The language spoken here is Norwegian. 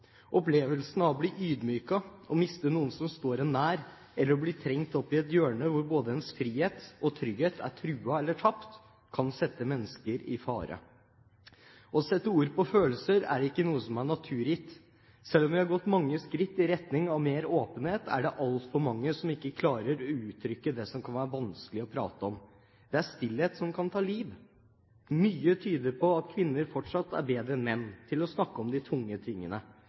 Opplevelsen av å bli ydmyket, å miste noen som står en nær, eller å bli trengt opp i et hjørne hvor både ens frihet og ens trygghet er truet eller tapt, kan sette mennesker i fare. Å sette ord på følelser er ikke noe som er naturgitt. Selv om vi har gått mange skritt i retning av mer åpenhet, er det altfor mange som ikke klarer å uttrykke det som kan være vanskelig å prate om. Det er stillhet som kan ta liv. Mye tyder på at kvinner fortsatt er bedre enn menn til å snakke om de tunge tingene.